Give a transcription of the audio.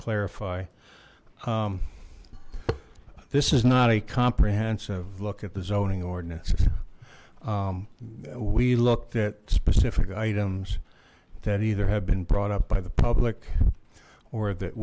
clarify this is not a comprehensive look at the zoning ordinance we look that specific items that either have been brought up by the public or that